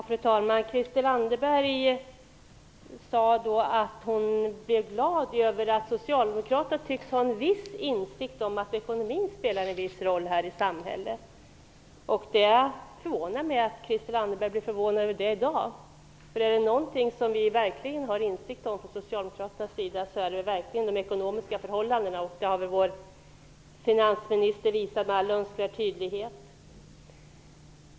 Fru talman! Christel Anderberg sade att hon blev glad över att Socialdemokraterna tycks ha en viss insikt om att ekonomin spelar en roll i samhället. Det förvånar mig att Christel Anderberg uttalar sig på det sättet, för är det någonting som vi socialdemokrater verkligen har insikt om så är det de ekonomiska förhållandena. Det har väl finansministern visat med all önskvärd tydlighet.